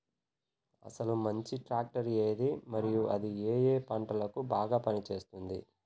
అసలు మంచి ట్రాక్టర్ ఏది మరియు అది ఏ ఏ పంటలకు బాగా పని చేస్తుంది?